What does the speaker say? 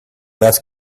less